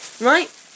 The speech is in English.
Right